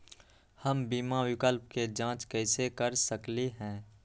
हम बीमा विकल्प के जाँच कैसे कर सकली ह?